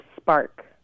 spark